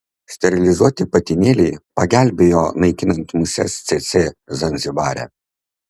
sterilizuoti patinėliai pagelbėjo naikinant muses cėcė zanzibare